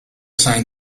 signed